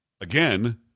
Again